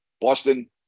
boston